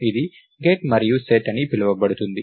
ఇది గెట్ మరియు సెట్ అని పిలువబడుతుంది